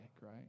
right